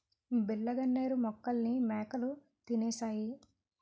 బిళ్ళ గన్నేరు మొక్కల్ని మేకలు తినేశాయి